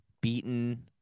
beaten